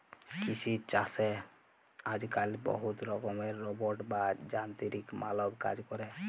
কিসি ছাসে আজক্যালে বহুত রকমের রোবট বা যানতিরিক মালব কাজ ক্যরে